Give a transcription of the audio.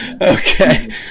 okay